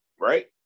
right